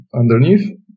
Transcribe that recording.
underneath